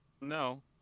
No